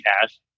cash